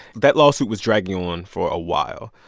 that lawsuit was dragging on for a while,